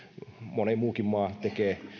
moni muukin maa tekee